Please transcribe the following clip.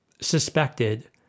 suspected